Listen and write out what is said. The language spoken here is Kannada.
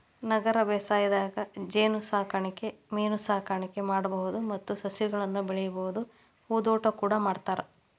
ನಗರ ಬೇಸಾಯದಾಗ ಜೇನಸಾಕಣೆ ಮೇನಸಾಕಣೆ ಮಾಡ್ಬಹುದು ಮತ್ತ ಸಸಿಗಳನ್ನ ಬೆಳಿಬಹುದು ಹೂದೋಟ ಕೂಡ ಮಾಡ್ತಾರ